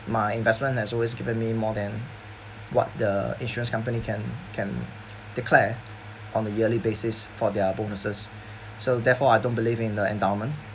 my investment has always given me more than what the insurance company can can declare on a yearly basis for their bonuses so therefore I don't believe in the endowment